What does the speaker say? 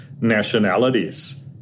nationalities